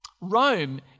Rome